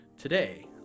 Today